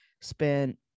spent